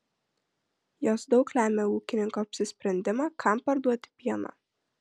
jos daug lemia ūkininko apsisprendimą kam parduoti pieną